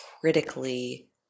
critically